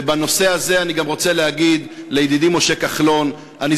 ובנושא הזה אני גם רוצה להגיד לידידי משה כחלון: אני